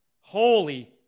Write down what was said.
Holy